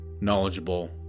knowledgeable